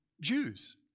Jews